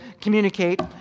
communicate